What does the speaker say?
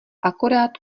akorát